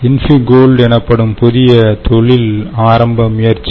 இன்பிகோல்ட் எனப்படும் புதிய தொழில் ஆரம்ப முயற்சி